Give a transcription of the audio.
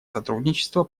сотрудничество